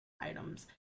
items